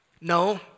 No